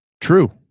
True